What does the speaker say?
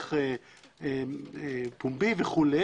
בהליך פומבי וכו'.